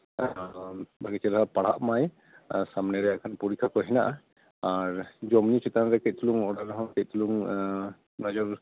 ᱵᱷᱟᱜᱤ ᱪᱮᱨᱦᱟ ᱯᱟᱲᱦᱟᱜ ᱢᱟᱭ ᱟᱨ ᱥᱟᱢᱱᱮ ᱨᱮ ᱦᱟᱸᱜ ᱠᱷᱟᱱ ᱯᱚᱨᱤᱠᱠᱷᱟ ᱠᱚ ᱦᱮᱱᱟᱜᱼᱟ ᱟᱨ ᱡᱚᱢ ᱧᱩ ᱪᱮᱛᱟᱱ ᱨᱮ ᱠᱟᱹᱡ ᱪᱩᱞᱩᱝ ᱚᱲᱟᱜ ᱨᱮᱦᱚᱸ ᱠᱟᱹᱡ ᱪᱩᱞᱩᱝ